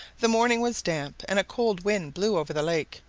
the morning was damp, and a cold wind blew over the lake,